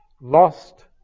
lost